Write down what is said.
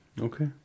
Okay